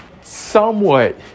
somewhat